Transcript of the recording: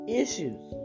issues